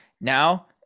Now